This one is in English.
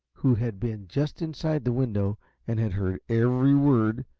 who had been just inside the window and had heard every word,